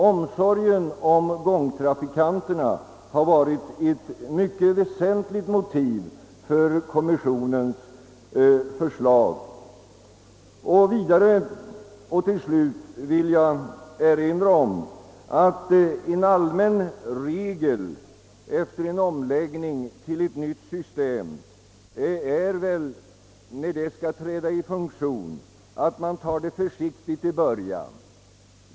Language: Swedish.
Omsorgen om gångtrafikanterna har varit ett mycket väsentligt motiv för kommissionens förslag. Vidare vill jag erinra om att en allmän regel vid en omläggning till ett nytt system är att man tar det försiktigt i början.